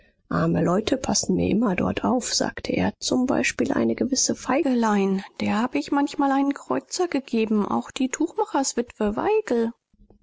arme leute passen mir immer dort auf sagte er zum beispiel eine gewisse feigelein der hab ich manchmal einen kreuzer gegeben auch die tuchmacherswitwe weigel